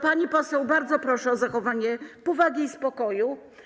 Pani poseł, bardzo proszę o zachowanie powagi i spokoju.